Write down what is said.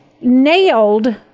nailed